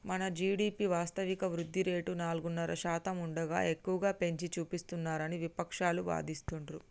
మన జీ.డి.పి వాస్తవిక వృద్ధి రేటు నాలుగున్నర శాతం ఉండగా ఎక్కువగా పెంచి చూపిస్తున్నారని విపక్షాలు వాదిస్తుండ్రు